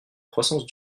croissance